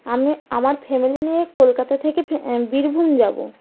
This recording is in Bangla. আমি আমার ফ্যামিলি নিয়ে কলকাতা থেকে বীরভূম যাবো